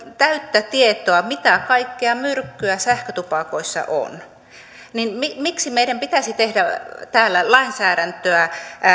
täyttä tietoa mitä kaikkea myrkkyä sähkötupakoissa on niin miksi meidän pitäisi tehdä täällä lainsäädäntöä